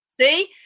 See